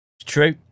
true